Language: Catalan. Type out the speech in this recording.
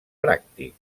pràctic